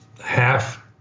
half